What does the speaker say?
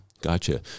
Gotcha